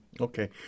Okay